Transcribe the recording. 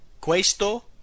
Questo